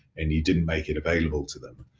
and you didn't make it available to them,